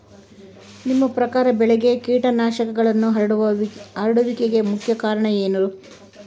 ನಿಮ್ಮ ಪ್ರಕಾರ ಬೆಳೆಗೆ ಕೇಟನಾಶಕಗಳು ಹರಡುವಿಕೆಗೆ ಮುಖ್ಯ ಕಾರಣ ಏನು?